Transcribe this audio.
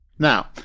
Now